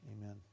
amen